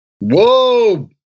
Whoa